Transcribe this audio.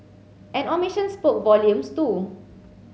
an omission spoke volumes too